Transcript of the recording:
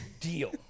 deal